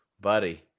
buddy